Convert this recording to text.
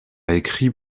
écrit